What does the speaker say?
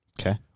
Okay